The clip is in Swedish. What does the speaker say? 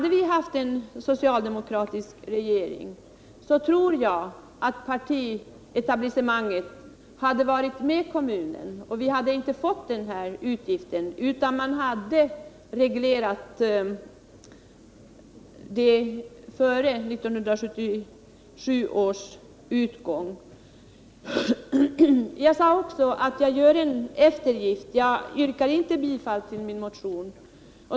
Om vi hade haft en socialdemokratisk regering tror jag att partietablissemanget hade varit med Luleå kommun, att kommunen inte hade fått denna utgift utan att skulden hade reglerats före 1977 års utgång. Jag sade också att jag gör en eftergift: jag yrkar inte bifall till min motion.